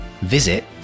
visit